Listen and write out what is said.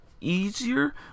easier